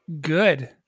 good